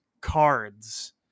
cards